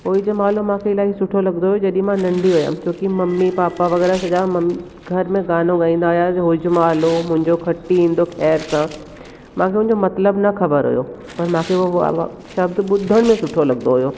होइ जमालो मूंखे इलाही सुठो लॻंदो हुओ जॾहिं मां नंढी हुअमि छोकी मम्मी पापा वग़ैरह सॼा मम घर में गानो ॻाईंदा आहिया होइ जमालो मुंहिंजो खट्टी ईंदो खैर सां मूंखे हुन जो मतिलबु न ख़बरु हुओ पर मूंखे उहो शब्द ॿुधण में सुठो लॻंदो हुओ